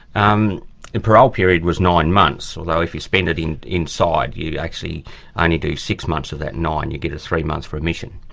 um and parole period was nine months, although if you spend it inside, you actually only do six months of that nine, you get a three months remission.